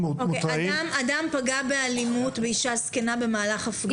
אדם פגע באלימות באישה זקנה במהלך הפגנה.